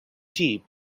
tnt